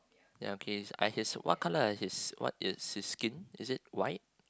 ya okay I his what kind of his what is his skin is it white